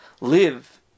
live